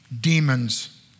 demons